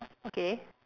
okay